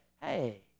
hey